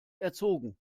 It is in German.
erzogen